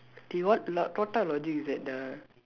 eh what luck what type of logic is that ah